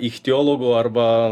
ichtiologų arba